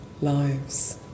lives